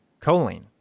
choline